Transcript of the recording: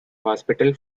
hospital